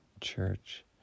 church